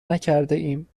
نکردهایم